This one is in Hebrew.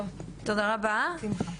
טוב, תודה רבה לך מירי.